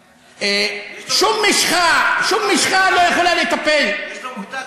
שום משחה לא יכולה לטפל, יש לו מוטציה,